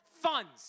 funds